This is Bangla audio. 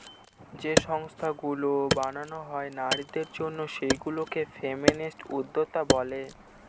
যে সংস্থাগুলো বানানো হয় নারীদের জন্য সেগুলা কে ফেমিনিস্ট উদ্যোক্তা বলে